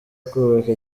kubaka